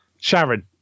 Sharon